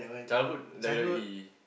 childhood W_W_E